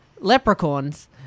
Leprechauns